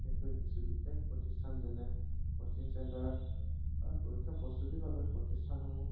বিশেষকৈ কিছু বিশেষ প্ৰতিষ্ঠান যেনে ক'চিং চেণ্টাৰ আৰু পৰীক্ষা প্ৰস্তুতিৰ বাবে প্ৰতিষ্ঠানসমূহ